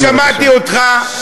יוני, שמעתי אותך.